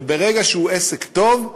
אבל ברגע שהוא עסק טוב,